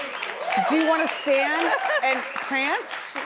wanna stand and prance?